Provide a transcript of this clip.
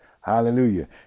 hallelujah